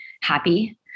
happy